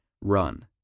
run